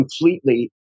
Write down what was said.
completely